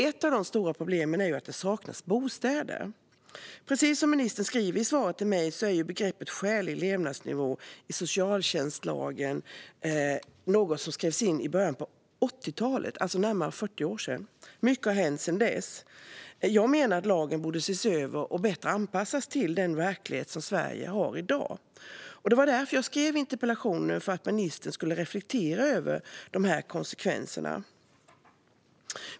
Ett av dessa stora problem är att det saknas bostäder. Precis som ministern sa i sitt svar till mig är begreppet "skälig levnadsnivå" i socialtjänstlagen något som skrevs in i början av 80-talet, alltså för närmare 40 år sedan. Mycket har hänt sedan dess. Jag menar att lagen borde ses över och bättre anpassas till den verklighet som råder i Sverige i dag. Jag skrev interpellationen för att ministern skulle reflektera över dessa konsekvenser.